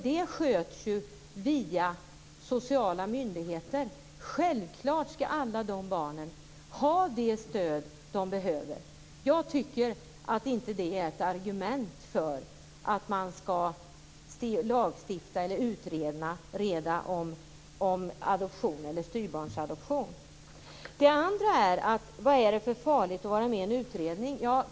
Det sköts ju via de sociala myndigheterna. Självklart skall alla de barnen få det stöd som de behöver. Det är dock inte ett argument för att lagstifta eller utreda om adoption eller styvbarnsadoption. Ja, vad är det då för farligt med att vara med i en utredning?